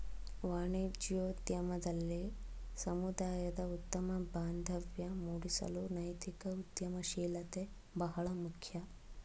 ವಾಣಿಜ್ಯೋದ್ಯಮದಲ್ಲಿ ಸಮುದಾಯದ ಉತ್ತಮ ಬಾಂಧವ್ಯ ಮೂಡಿಸಲು ನೈತಿಕ ಉದ್ಯಮಶೀಲತೆ ಬಹಳ ಮುಖ್ಯ